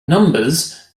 numbers